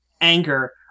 anger